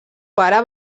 pare